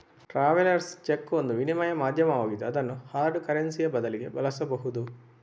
travellers cheque ಒಂದು ವಿನಿಮಯ ಮಾಧ್ಯಮವಾಗಿದ್ದು ಅದನ್ನು ಹಾರ್ಡ್ ಕರೆನ್ಸಿಯ ಬದಲಿಗೆ ಬಳಸಬಹುದು